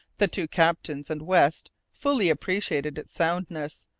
the two captains and west fully appreciated its soundness,